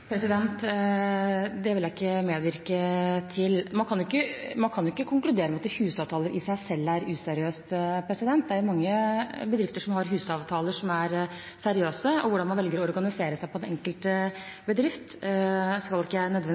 Det vil jeg ikke medvirke til. Man kan ikke konkludere med at husavtaler i seg selv er useriøst. Det er mange bedrifter som har husavtaler som er seriøse, og hvordan man velger å organisere seg på den enkelte bedrift, skal ikke jeg nødvendigvis ha så mange formeninger om. Så sier representanten Lundteigen at det